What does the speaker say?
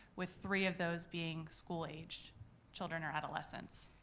with three of those being school aged children or adolescents.